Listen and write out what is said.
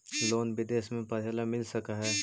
Loan विदेश में पढ़ेला मिल सक हइ?